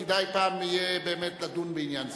כדאי יהיה פעם באמת לדון בעניין זה.